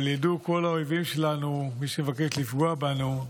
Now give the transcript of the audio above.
אבל ידעו כל האויבים שלנו, מי שמבקש לפגוע בנו,